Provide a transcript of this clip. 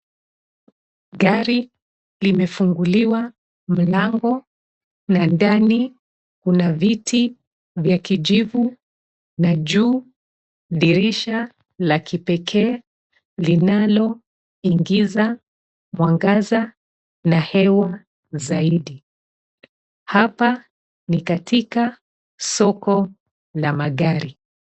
Gari limefunguliwa mlango na ndani kuna viti vya kijivu na juu dirisha la kipekee linaloingiza mwangaza na hewa zaidi. Hapa ni katika soko la magari.